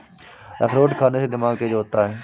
अखरोट खाने से दिमाग तेज होता है